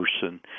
person